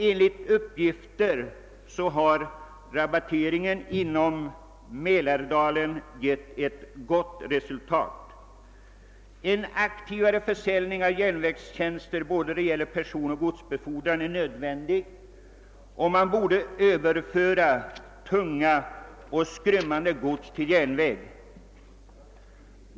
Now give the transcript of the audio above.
Enligt uppgift har rabatteringen inom Mälardalen givit ett gott resultat. En aktivare försäljning av järnvägstjänster för både personoch godsbefordran är nödvändig. Man borde överföra transport av tungt och skrymmande gods till järnväg.